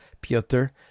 Peter